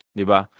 diba